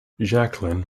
jacqueline